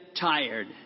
tired